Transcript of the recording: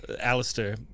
Alistair